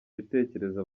ibitekerezo